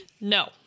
No